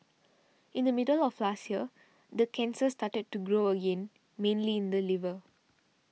in the middle of last year the cancer started to grow again mainly in the liver